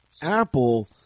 Apple